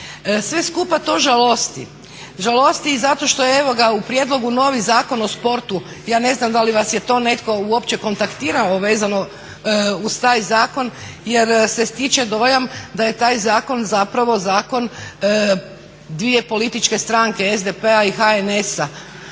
Sve skupa to žalosti. Žalosti i zato što evo ga u prijedlogu novi Zakon o sportu, ja ne znam da li vas je to netko uopće kontaktirao vezano uz taj zakon jer se stiče dojam da je taj zakon zapravo zakon dvije političke stranke SDP-a i HNS-a.